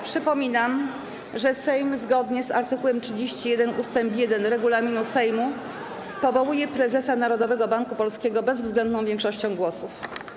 Przypominam, że Sejm, zgodnie z art. 31 ust. 1 regulaminu Sejmu, powołuje prezesa Narodowego Banku Polskiego bezwzględną większością głosów.